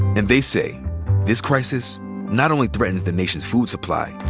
and they say this crisis not only threatens the nation's food supply,